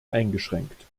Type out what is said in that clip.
eingeschränkt